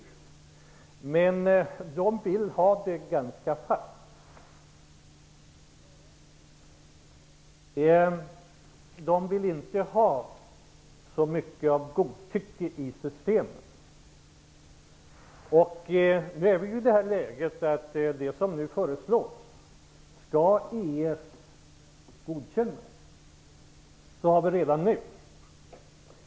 Men där vill man ha ganska fasta regler. Där vill man inte ha så mycket av godtycke i systemet. Det som nu föreslås skall EES godkänna. Så är det redan nu.